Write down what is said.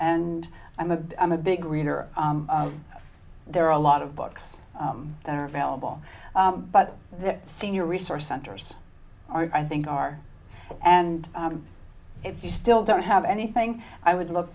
and i'm a i'm a big reader there are a lot of books that are available but senior resource centers are i think are and if you still don't have anything i would look